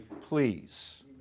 please